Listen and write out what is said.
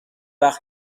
وقت